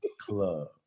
club